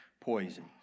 poison